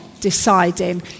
deciding